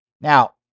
Now